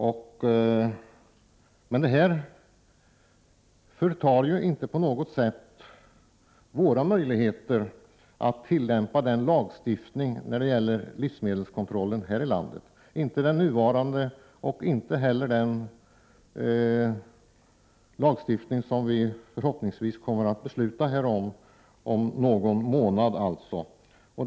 Detta förtar emellertid inte på något sätt våra möjligheter att tillämpa den lagstiftningen när det gäller livsmedelskontrollen här i landet. Det gäller såväl den nuvarande lagstiftningen som den lagstiftning som vi förhoppningsvis kommer att fatta beslut om inom någon månad. Herr talman!